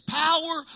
power